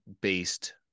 based